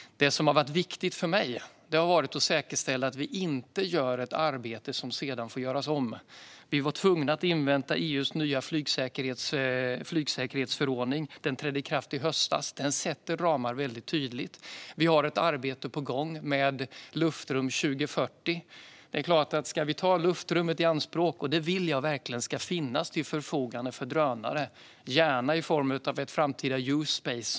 Det som har varit viktigt för mig har varit att säkerställa att vi inte gör ett arbete som sedan får göras om. Vi var tvungna att invänta EU:s nya flygsäkerhetsförordning. Den trädde i kraft i höstas. Den sätter väldigt tydliga ramar. Vi har ett arbete på gång med Luftrum 2040. Jag vill verkligen att luftrummet ska finnas till förfogande för drönare, gärna i form av ett framtida U-space.